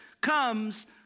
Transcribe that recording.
comes